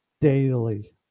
daily